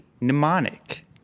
Mnemonic